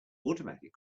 automatic